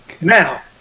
Now